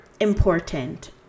important